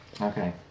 Okay